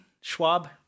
Schwab